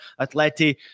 Atleti